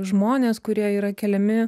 žmonės kurie yra keliami